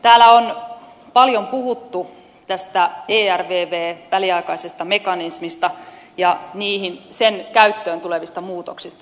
täällä on paljon puhuttu tästä väliaikaisesta ervv mekanismista ja sen käyttöön tulevista muutoksista